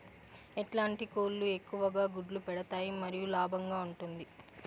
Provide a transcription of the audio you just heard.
ఎట్లాంటి కోళ్ళు ఎక్కువగా గుడ్లు పెడతాయి మరియు లాభంగా ఉంటుంది?